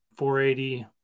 480